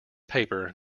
paper